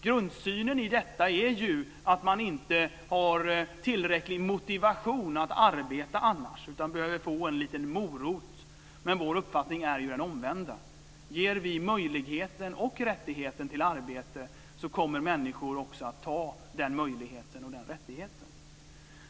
Grundsynen i detta är att man inte har tillräcklig motivation att arbeta annars utan behöver få en liten morot. Vår uppfattning är den omvända. Ger vi möjligheten och rättigheten till arbete kommer människor också att ta den möjligheten och den rättigheten.